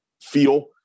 feel